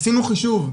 עשינו חישוב,